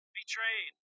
betrayed